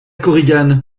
korigane